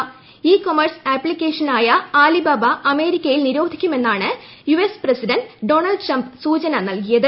E commerce application ആയ Alibaba അമേരിക്കയിൽ നിരോധിക്കും എന്നാണ് യുഎസ് പ്രസിഡന്റ് ഡൊണാൾഡ് ട്രംപ് സൂചന നൽകിയത്